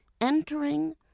entering